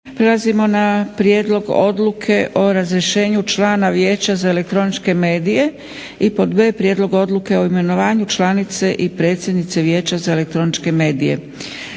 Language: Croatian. Idemo na prijedlog Odluke o razrješenju člana Vijeća za elektroničke medije i prijedlog Odluke o imenovanju članice i predsjednice Vijeća za elektroničke medije.